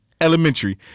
Elementary